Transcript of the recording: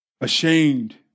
Ashamed